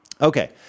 Okay